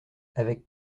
avec